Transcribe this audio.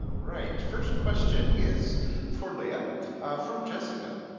ah right. first question is for leah from jessica.